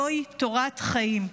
זוהי תורת חיים.